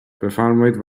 بفرمایید